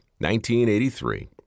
1983